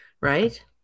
Right